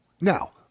now